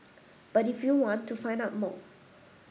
but if you want to find out more